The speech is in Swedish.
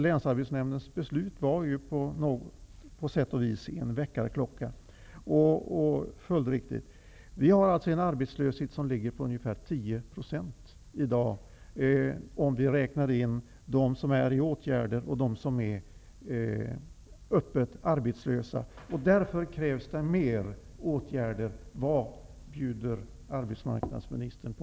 Länsarbetsnämndens beslut var på sätt och vis en väckarklocka. Vi har en arbetslöshet som i dag ligger på ungefär 10 % om vi räknar in både de personer som är i åtgärder och de som är öppet arbetslösa. Därför krävs det mer åtgärder. Vad bjuder arbetsmarknadsministern på?